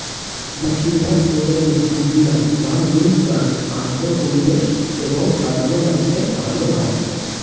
বেশিরভাগ প্রজাতির পুদিনা বা মিন্ট গাছ আর্দ্র পরিবেশ এবং আর্দ্র মাটিতে ভালো হয়